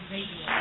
Radio